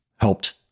helped